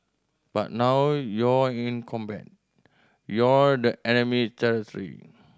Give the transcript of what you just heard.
but now you're in combat you're the enemy territory